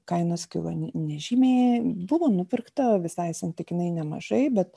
kainos kilo nežymiai buvo nupirkta visai santykinai nemažai bet